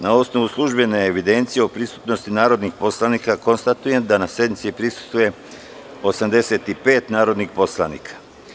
Na osnovu službene evidencije o prisutnosti narodnih poslanika, konstatujem da sednici prisustvuje 74 narodna poslanika.